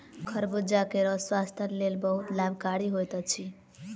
खरबूजा के रस स्वास्थक लेल बहुत लाभकारी होइत अछि